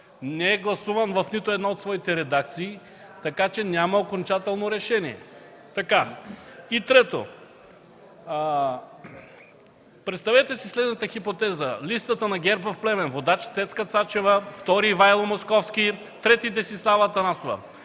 не е гласуван в нито една от своите редакции, така че няма окончателно решение. И трето, представете си следната хипотеза – листата на ГЕРБ в Плевен: водач е Цецка Цачева, втори – Ивайло Московски, трети – Десислава Атанасова.